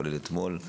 כולל אתמול,